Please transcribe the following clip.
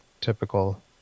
typical